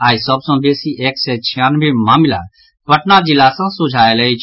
आई सभ सँ बेसी एक सय छियानवे मामिला पटना जिला सँ सोझा आयल अछि